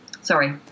sorry